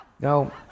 No